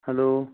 hello